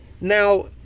Now